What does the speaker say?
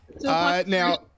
Now